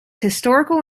historical